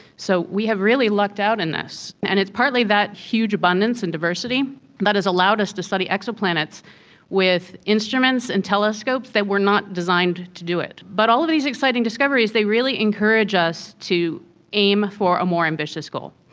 so we have really lucked out in this, and it's partly that huge abundance in diversity that has allowed us to study exoplanets with instruments and telescopes that were not designed to do it. but all these exciting discoveries, they really encourage us to aim for a more ambitious goal.